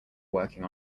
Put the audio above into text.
working